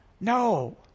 No